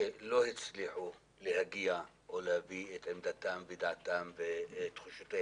שלא יצליחו להגיע או להביא את עמדתם ודעתם ותחושותיהם.